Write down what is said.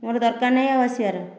ମୋର ଦରକାର ନାହିଁ ଆଉ ଆସିବାର